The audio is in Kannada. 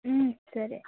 ಹ್ಞೂ ಸರಿ